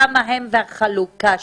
כמה הן ומה החלוקה שלהן?